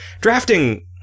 Drafting